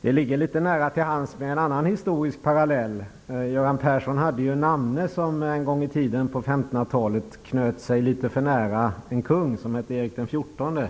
Det ligger litet nära till hands att dra en annan historisk parallell. Göran Persson hade ju en namne som en gång i tiden på 1500-talet knöt sig litet för nära en kung som hette Erik XIV.